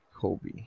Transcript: Kobe